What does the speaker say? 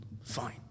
Fine